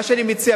מה שאני מציע,